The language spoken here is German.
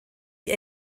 die